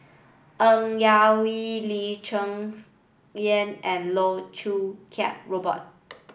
Ng Yak Whee Lee Cheng Yan and Loh Choo Kiat Robert